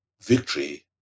victory